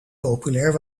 populair